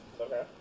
Okay